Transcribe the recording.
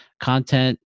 content